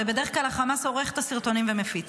בדרך כלל החמאס עורך את הסרטונים ומפיץ.